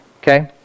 okay